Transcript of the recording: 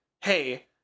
hey